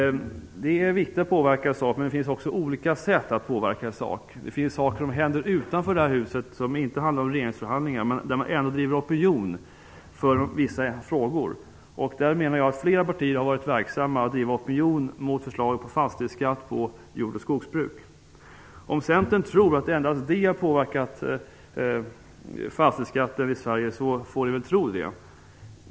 Det är viktigt att påverka i sak, men det finns olika sätt att göra det. Det finns saker som händer utanför detta hus som inte handlar om regeringsförhandlingar, men där man ändå driver opinion för vissa frågor. Där menar jag att fler partier har varit verksamma att driva opinion mot förslaget om fastighetsskatt på jord och skogsbruk. Om Centern tror att endast det har påverkat fastighetsskatten i Sverige får de väl tro det.